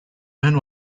pen